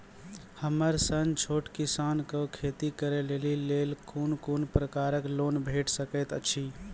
हमर सन छोट किसान कअ खेती करै लेली लेल कून कून प्रकारक लोन भेट सकैत अछि?